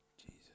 Jesus